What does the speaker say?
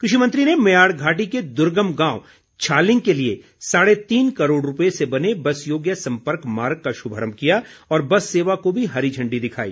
कृषि मंत्री ने मयाड़ घाटी के दुर्गम गांव छालिंग के लिए साढ़े तीन करोड़ रूपए से बने बस योग्य सम्पर्क मार्ग का शुभारम्भ किया और बस सेवा को भी हरी झण्डी दिखाई